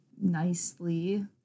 nicely